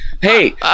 Hey